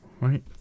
Right